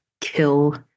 kill